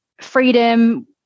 freedom